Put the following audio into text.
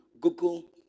Google